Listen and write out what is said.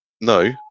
No